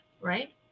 right